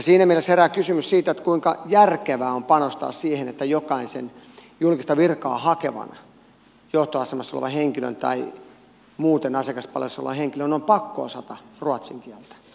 siinä mielessä herää kysymys siitä kuinka järkevää on panostaa siihen että jokaisen julkista virkaa hakevan johtoasemassa olevan henkilön tai muuten asiakaspalvelussa olevan henkilön on pakko osata ruotsin kieltä